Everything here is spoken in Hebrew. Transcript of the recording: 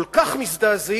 כל כך מזדעזעים,